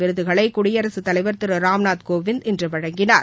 விருதுகளை குடியரசுத் தலைவர் திரு ராம்நாத் கோவிந்த் இன்று வழங்கினார்